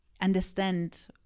understand